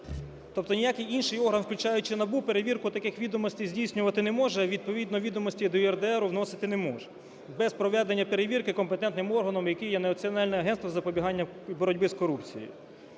Тобто ніякий інший орган, включаючи НАБУ, перевірку таких відомостей здійснювати не може, відповідно відомості до ЄРДР вносити не може без проведення перевірки компетентним органом, яким є Національне агентство з запобігання і боротьби з корупцією.